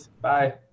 Bye